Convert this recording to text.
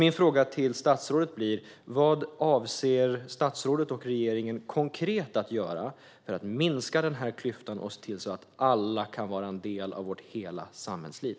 Min fråga till statsrådet blir: Vad avser statsrådet och regeringen konkret att göra för att minska dessa klyftor och se till att alla kan vara en del av vårt hela samhällsliv?